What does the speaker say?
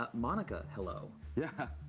ah monica, hello. yeah.